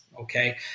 okay